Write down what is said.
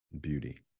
beauty